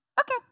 Okay